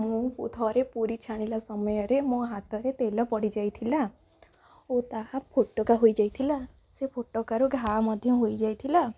ମୁଁ ଥରେ ପୁରୀ ଛାଣିଲା ସମୟରେ ମୋ ହାତରେ ତେଲ ପଡ଼ିଯାଇଥିଲା ଓ ତାହା ଫୋଟକା ହୋଇଯାଇଥିଲା ସେ ଫୋଟକାରାରୁ ଘା' ମଧ୍ୟ ହୋଇଯାଇଥିଲା